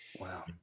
Wow